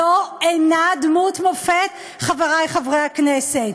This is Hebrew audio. זו אינה דמות מופת, חברי חברי הכנסת,